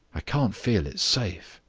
i can't feel it's safe.